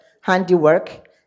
handiwork